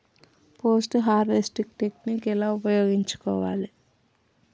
Post harvesting technique ఎలా ఉపయోగించుకోవాలి?